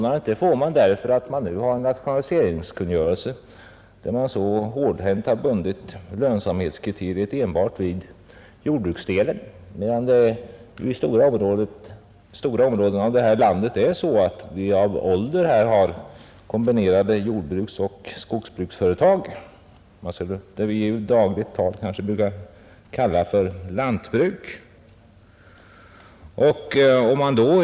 Den utvecklingen får vi därför att det finns en rationaliseringskungörelse, i vilken man så hårt har bundit lönsamhetskriteriet enbart vid jordbruksdelen, trots att vi i stora områden här i landet av ålder har kombinerade jordbruksoch skogsbruksföretag; vi brukar i dagligt tal kalla dem för lantbruk.